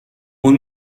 اون